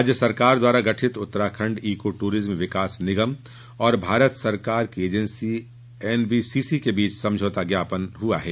राज्य सरकार द्वारा गठित उत्तराखण्ड ईको टूरिज्म विकास निगम और भारत सरकार को एजेंन्सी एनबीसीसी के बीच समझौता ज्ञापन हआ है